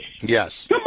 Yes